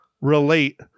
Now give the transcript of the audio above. relate